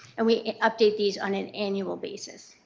and we update these on an annual basis.